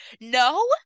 no